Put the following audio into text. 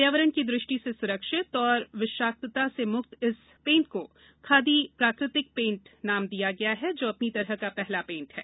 पर्यावरण की दृष्टि से सुरक्षित और विषाक्तता से मुक्त इस पेंट को खादी प्राकृतिक पेंट नाम दिया गया है जो अपनी तरह का पहला पेंट है